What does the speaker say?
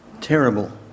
terrible